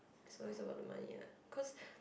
is always about the money what cause